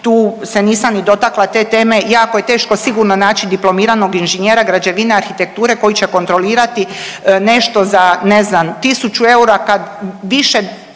tu se nisam ni dotakla te teme, jako je sigurno teško naći diplomiranog inženjera građevine, arhitekture koji će kontrolirati nešto za ne znam za tisuću eura kad više